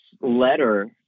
letter